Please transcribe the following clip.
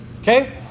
okay